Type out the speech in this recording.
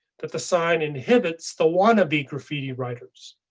that the sign inhibits the wannabe graffiti writers.